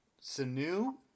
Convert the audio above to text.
Sanu